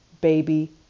baby